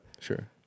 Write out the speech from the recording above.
Sure